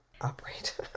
operate